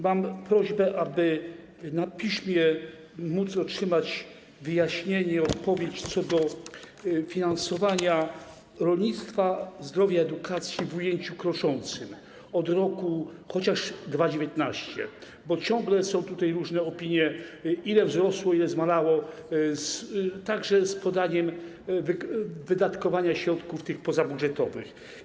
Mam prośbę, abym na piśmie mógł otrzymać wyjaśnienie, odpowiedź co do finansowania rolnictwa, zdrowia i edukacji w ujęciu kroczącym, od roku chociaż 2019, bo ciągle są tutaj różne opinie, ile wzrosło, ile zmalało, także z podaniem wydatkowania środków pozabudżetowych.